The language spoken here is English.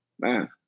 man